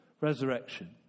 resurrection